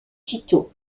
tito